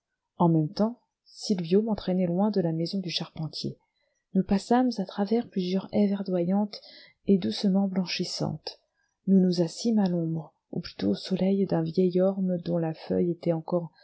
en même temps sylvio m'entraînait loin de la maison du charpentier nous passâmes à travers plusieurs haies verdoyantes et doucement blanchissantes nous nous assîmes à l'ombre ou plutôt au soleil d'un vieil orme dont la feuille était encore